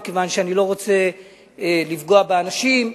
מכיוון שאני לא רוצה לפגוע באנשים,